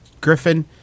Griffin